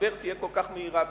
מהמשבר תהיה כל כך מהירה בישראל.